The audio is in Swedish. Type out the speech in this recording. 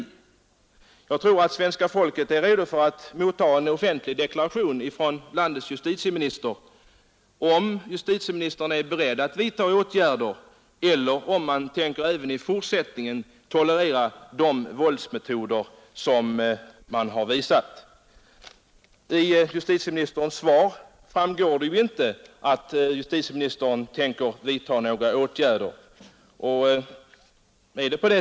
b Jag tror att svenska folket väntar sig en offentlig deklaration från landets justitieminister om huruvida han är beredd att vidta åtgärder, eller om även i fortsättningen de våldsmetoder som kommit till användning skall tolereras, Av justitieministerns svar framgår inte att justitieministern tänker vidta några åtgärder.